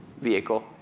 vehicle